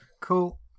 Cool